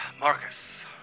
Marcus